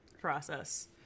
process